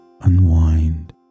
unwind